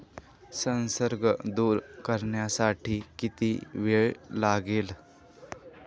संसर्ग दूर करण्यासाठी किती वेळ लागेल?